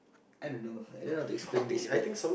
I don't know I don't know how to explain this but